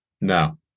No